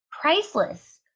priceless